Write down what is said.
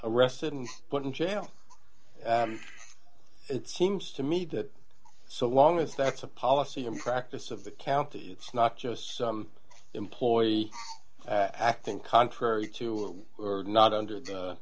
arrested and put in jail it seems to me that so long as that's a policy and practice of the county it's not just some employee acting contrary to were not under the